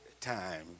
time